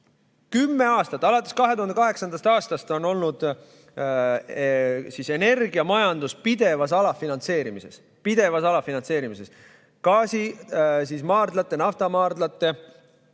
Kümme aastat, alates 2008. aastast on olnud energiamajandus pidevas alafinantseerimises – pidevas alafinantseerimises! Gaasimaardlate, naftamaardlate